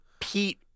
Pete